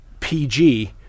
PG